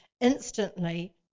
instantly